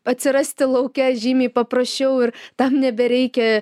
atsirasti lauke žymiai paprasčiau ir tam nebereikia